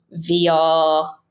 VR